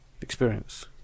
experience